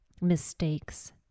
mistakes